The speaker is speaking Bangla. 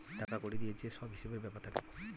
টাকা কড়ি দিয়ে যে সব হিসেবের ব্যাপার থাকে